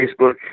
Facebook